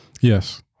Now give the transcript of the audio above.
Yes